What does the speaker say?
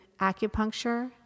acupuncture